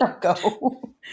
go